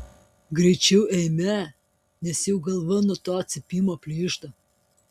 greičiau eime nes jau galva nuo to cypimo plyšta